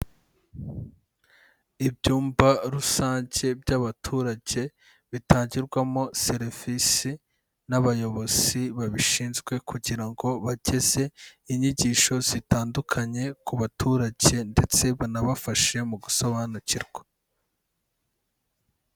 Ibyumba rusange by'abaturage bitangirwamo serivisi n'abayobozi babishinzwe kugira ngo bageze inyigisho zitandukanye ku baturage ndetse bana bafashe mu gusobanukirwa.